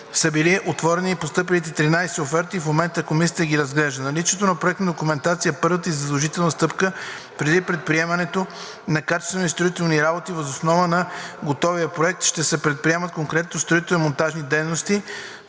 били отворени постъпилите 13 оферти и в момента комисията ги разглежда. Наличието на проектна документация е първата и задължителна стъпка преди предприемането на качествени строителни работи. Въз основа на готовия проект ще се предприемат конкретните строително-монтажни дейности,